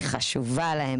היא חשובה להם,